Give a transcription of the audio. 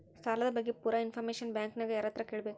ಸಾಲದ ಬಗ್ಗೆ ಪೂರ ಇಂಫಾರ್ಮೇಷನ ಬ್ಯಾಂಕಿನ್ಯಾಗ ಯಾರತ್ರ ಕೇಳಬೇಕು?